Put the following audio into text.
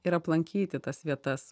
ir aplankyti tas vietas